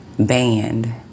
Banned